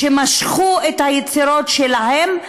שמשכו את היצירות שלהם,